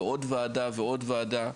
ועוד ועדה ועוד ועדה,